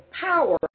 power